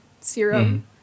serum